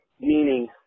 meaning